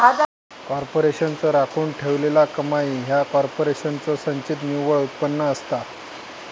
कॉर्पोरेशनचो राखून ठेवलेला कमाई ह्या कॉर्पोरेशनचो संचित निव्वळ उत्पन्न असता